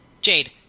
jade